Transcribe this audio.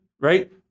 right